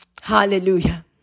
Hallelujah